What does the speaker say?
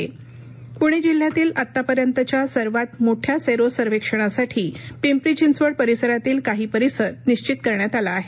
सरो सर्वेक्षण पुणे जिल्ह्यातील आत्तापर्यंतच्या सर्वात मोठ्या सेरो सर्वेक्षणासाठी पिंपरी चिंचवड परिसरातील काही परिसर निश्वित करण्यात आला आहे